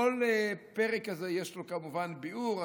לכל פרק כזה יש כמובן ביאור.